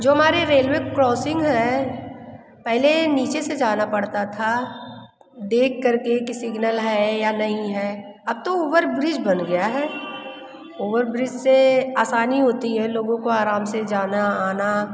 जो हमारे railway crossing है पहले नीचे से जाना पड़ता था देख करके कि सिग्नल है या नहीं है अब तो उवरब्रिज बन गया है ओवरब्रिज से आसानी होती है लोगों को आराम से जाना आना